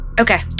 Okay